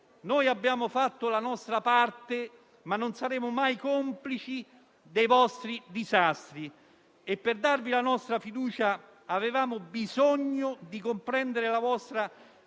Noi abbiamo fatto la nostra parte, ma non saremo mai complici dei vostri disastri. Per darvi la nostra fiducia avremmo avuto bisogno di comprendere la vostra